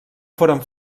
foren